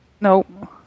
Nope